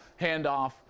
handoff